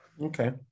Okay